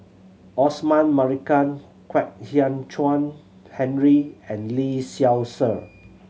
Osman Merican Kwek Hian Chuan Henry and Lee Seow Ser